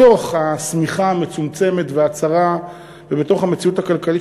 בתוך השמיכה המצומצמת והצרה ובתוך המציאות הכלכלית,